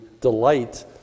delight